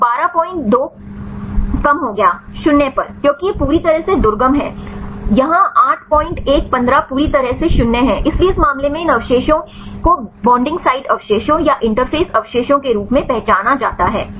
तो 122 कम हो गया 0 पर क्योंकि यह पूरी तरह से दुर्गम है यहां 815 पूरी तरह से 0 है इसलिए इस मामले में इन अवशेषों को बैन्डिंग साइट अवशेषों या इंटरफ़ेस अवशेषों के रूप में पहचाना जाता है